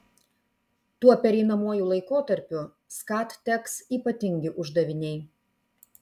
tuo pereinamuoju laikotarpiu skat teks ypatingi uždaviniai